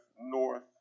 north